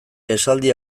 esaldi